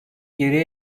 geriye